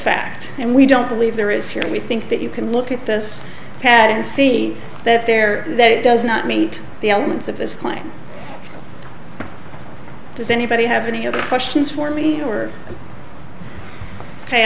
fact and we don't believe there is here we think that you can look at this pad and see that there that does not meet the elements of this plan does anybody have any other questions for me or h